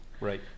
Right